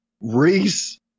Reese